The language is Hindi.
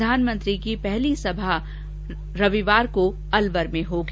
प्रधानमंत्री की पहली सभा रविवार को अलवर में होगी